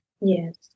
Yes